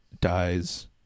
dies